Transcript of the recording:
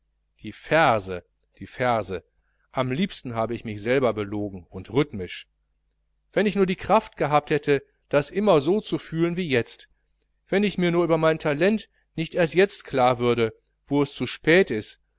die verse die verse am liebsten hab ich mich selber belogen und rhythmisch wenn ich nur die kraft gehabt hätte das immer so zu fühlen wie jetzt wenn ich mir nur über mein talent nicht erst jetzt klar würde wo es zu spät ist